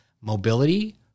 mobility